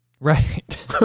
Right